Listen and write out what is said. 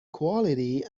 quality